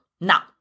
Now